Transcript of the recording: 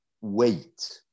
wait